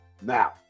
Now